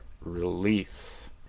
release